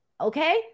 okay